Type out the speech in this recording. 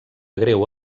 greu